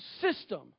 system